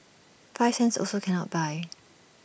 five cents also cannot buy